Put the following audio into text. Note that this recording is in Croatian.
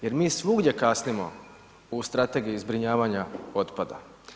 Jer mi svugdje kasnimo u strategiji zbrinjavanja otpada.